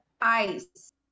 ice